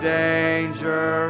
danger